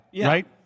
right